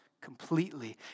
completely